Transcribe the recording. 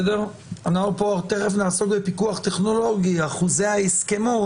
אנחנו תכף נעסוק בפיקוח טכנולוגי, הסכמי ההסכמון